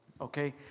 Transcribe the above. Okay